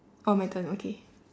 oh my turn okay